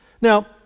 Now